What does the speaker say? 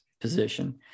position